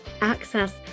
Access